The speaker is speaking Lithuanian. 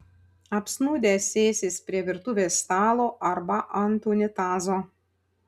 apsnūdę sėsis prie virtuvės stalo arba ant unitazo